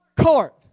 court